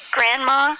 Grandma